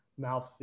mouthfeel